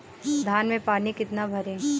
धान में पानी कितना भरें?